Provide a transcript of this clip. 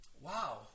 wow